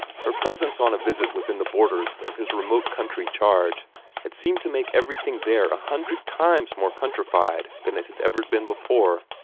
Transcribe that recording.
her presence on a visit within the borders of his remote country charge had seemed to make everything, there a hundred times more countrified than it had ever been before.